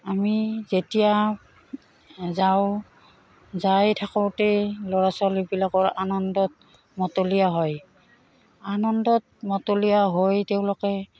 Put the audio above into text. আমি যেতিয়া যাওঁ যাই থাকোঁতেই ল'ৰা ছোৱালীবিলাকৰ আনন্দত মতলীয়া হয় আনন্দত মতলীয়া হৈ তেওঁলোকে